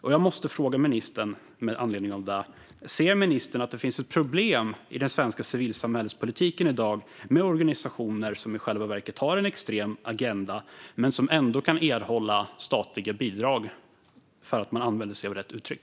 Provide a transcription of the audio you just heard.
Med anledning av detta måste jag fråga ministern: Ser ministern att det finns ett problem i den svenska civilsamhällespolitiken i dag med organisationer som i själva verket har en extrem agenda men som ändå kan erhålla statliga bidrag därför att de använder sig av rätt uttryck?